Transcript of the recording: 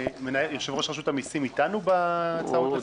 ראש רשות המיסים איתנו בהצעות לסדר?